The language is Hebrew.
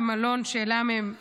במלון שאליו הם התפנו,